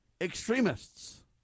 extremists